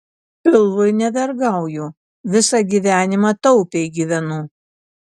pilvui nevergauju visą gyvenimą taupiai gyvenu